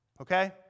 okay